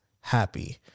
happy